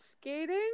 Skating